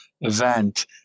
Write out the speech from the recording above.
event